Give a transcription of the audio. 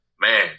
Man